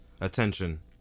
attention